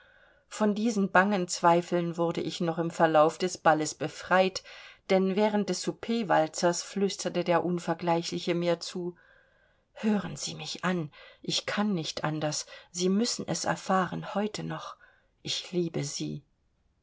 von diesen bangen zweifeln wurde ich noch im verlauf des balles befreit denn während des souperwalzers flüsterte mir der unvergleichliche zu hören sie mich an ich kann nicht anders sie müssen es erfahren heute noch ich liebe sie